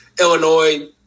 Illinois